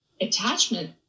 attachment